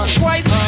twice